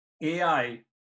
AI